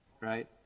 Right